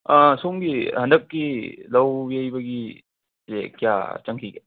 ꯁꯣꯝꯒꯤ ꯍꯟꯗꯛꯀꯤ ꯂꯧ ꯌꯩꯕꯒꯤ ꯁꯦ ꯀꯌꯥ ꯆꯪꯈꯤꯒꯦ